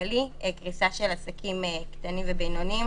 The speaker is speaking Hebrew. כלכלי קריסה של עסקים קטנים ובינוניים,